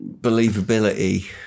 Believability